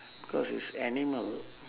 because it's animal